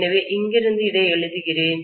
எனவே இங்கிருந்து இதை எழுதுகிறேன்